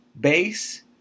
base